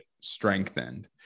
strengthened